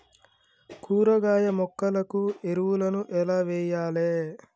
కూరగాయ మొక్కలకు ఎరువులను ఎలా వెయ్యాలే?